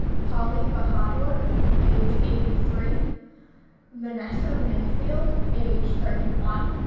polly bahadoor age eighty three vanessa mayfield age thirty one,